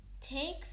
take